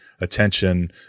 attention